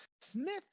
Smith